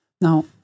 Now